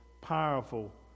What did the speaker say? powerful